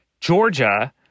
Georgia